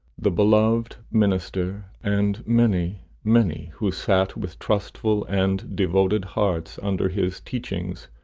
the beloved minister, and many, many who sat with trustful and devoted hearts under his teachings,